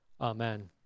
Amen